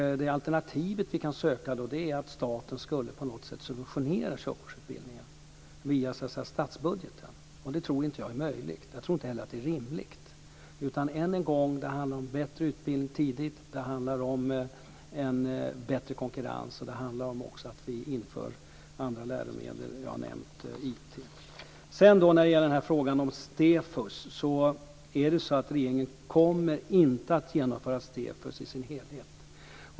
Det alternativ vi kan söka är att staten på något sätt skulle subventionera körkortsutbildningen via statsbudgeten. Det tror inte jag är möjligt. Jag tror inte heller att det är rimligt. Än en gång: Det handlar om bättre utbildning tidigt, det handlar om bättre konkurrens och det handlar också om att vi inför andra läromedel. Jag har nämnt IT. Det ställdes en fråga om STEFUS. Regeringen kommer inte att genomföra STEFUS i dess helhet.